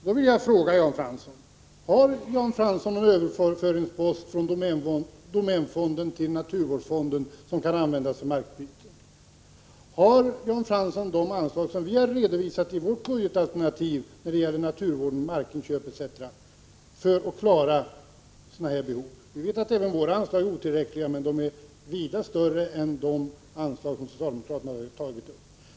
Jag vill fråga Jan Fransson om han har någon post att överföra från domänfonden till naturvårdsfonden som kan användas för markbyten. Har Jan Fransson de anslag som vi har redovisat i vårt budgetalternativ när det gäller naturvård, markinköp etc. för att klara även sådana här behov? Vi vet att även våra anslag är otillräckliga, men de är vida större än de anslag som socialdemokraterna har tagit upp.